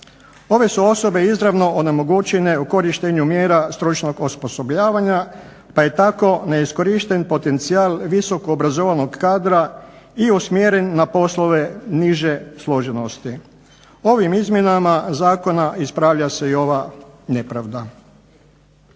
Ove su osobe izravno onemogućene u korištenju mjera stručnog osposobljavanja pa je tako neiskorišten potencijal visoko obrazovanog kadra i usmjeren na poslove niže složenosti. Ovim izmjenama zakona ispravlja se i ova nepravda.